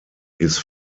his